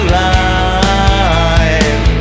life